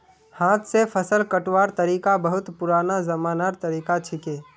हाथ स फसल कटवार तरिका बहुत पुरना जमानार तरीका छिके